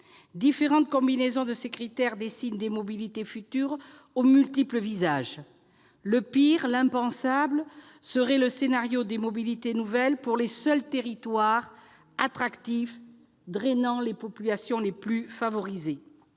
Différentes combinaisons de ces critères dessinent des mobilités futures aux multiples visages : le pire, l'impensable serait le scénario des mobilités nouvelles pour les seuls territoires attractifs drainant les populations les plus favorisées.